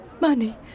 Money